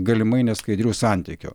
galimai neskaidrių santykių